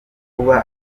kuba